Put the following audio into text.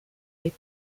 les